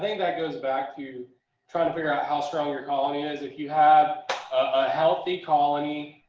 that goes back to try to figure out how strong your colony is. if you have a healthy colony.